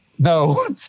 No